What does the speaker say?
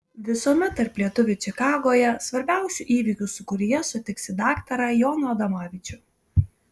visuomet tarp lietuvių čikagoje svarbiausių įvykių sūkuryje sutiksi daktarą joną adomavičių